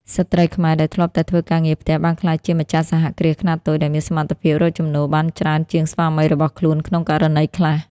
ស្ត្រីខ្មែរដែលធ្លាប់តែធ្វើការងារផ្ទះ បានក្លាយជា "ម្ចាស់សហគ្រាសខ្នាតតូច" ដែលមានសមត្ថភាពរកចំណូលបានច្រើនជាងស្វាមីរបស់ខ្លួនក្នុងករណីខ្លះ។